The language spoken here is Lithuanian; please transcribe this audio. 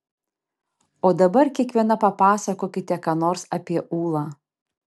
o dabar kiekviena papasakokite ką nors apie ūlą